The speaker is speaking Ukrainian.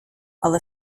але